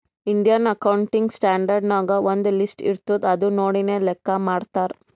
Indian accounting standard ನಾಗ್ ಒಂದ್ list ಇರ್ತುದ್ ಅದು ನೋಡಿನೇ ಲೆಕ್ಕಾ ಮಾಡ್ತಾರ್